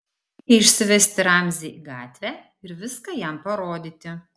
reikia išsivesti ramzį į gatvę ir viską jam parodyti